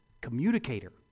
communicator